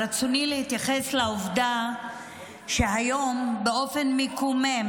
ברצוני להתייחס לעובדה שהיום באופן מקומם